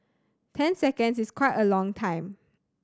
ten seconds is quite a long time